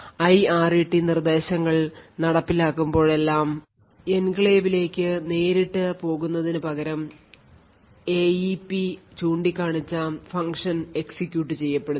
IRET നിർദ്ദേശങ്ങൾ നടപ്പിലാക്കുമ്പോഴെല്ലാം എൻക്ലേവിലേക്ക് നേരിട്ട് പോകുന്നതിനുപകരം എഇപി ചൂണ്ടിക്കാണിച്ച ഫംഗ്ഷൻ എക്സിക്യൂട്ട് ചെയ്യപ്പെടുന്നു